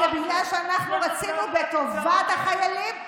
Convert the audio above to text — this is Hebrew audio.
זה בגלל שאנחנו רצינו בטובת החיילים,